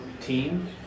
team